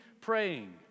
praying